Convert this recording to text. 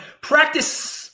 Practice